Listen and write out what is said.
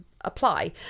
apply